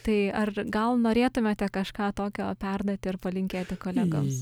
tai ar gal norėtumėte kažką tokio perduoti ar palinkėti kolegoms